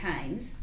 times